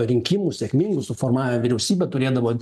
rinkimų sėkmingų suformavę vyriausybę turėdavo